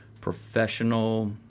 professional